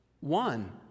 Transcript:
one